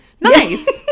Nice